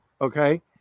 okay